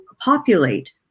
populate